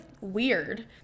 weird